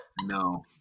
No